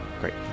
great